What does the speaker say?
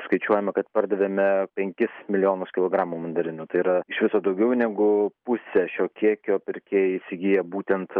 skaičiuojama kad pardavėme penkis milijonus kilogramų mandarinų tai yra iš viso daugiau negu pusę šio kiekio pirkėjai įsigyja būtent